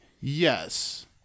Yes